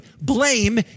blame